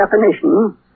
definition